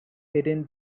hidden